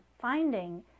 finding